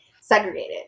segregated